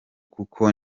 kuko